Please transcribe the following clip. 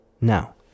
now